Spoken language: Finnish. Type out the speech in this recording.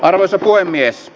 arvoisa puhemies